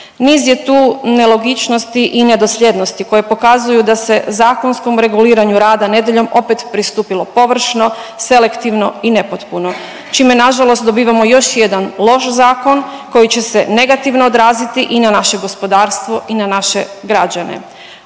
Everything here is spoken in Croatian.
Niz je tu nelogičnosti i nedosljednosti koje pokazuju da se zakonskom reguliranju rada nedjeljom opet pristupilo površno, selektivno i nepotpuno, čime nažalost dobivamo još jedan loš zakon koji će se negativno odraziti i na naše gospodarstvo i na naše građane,